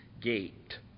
gate